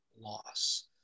loss